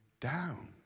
down